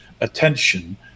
attention